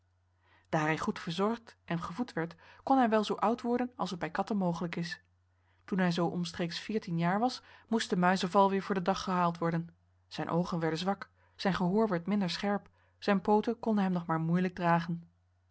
hij goed verzorgd en gevoed werd kon hij wel zoo oud worden als het bij katten mogelijk is toen hij zoo omstreeks veertien jaar was moest de muizenval weer voor den dag gehaald worden zijn oogen henriette van noorden weet je nog wel van toen werden zwak zijn gehoor werd minder scherp zijn pooten konden hem nog maar moeilijk dragen